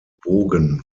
bogen